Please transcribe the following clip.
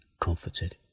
comforted